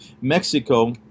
Mexico